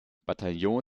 bataillon